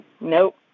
nope